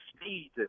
speed